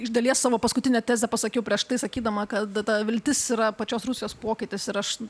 iš dalies savo paskutinę tezę pasakiau prieš tai sakydama kad ta viltis yra pačios rusijos pokytis ir aš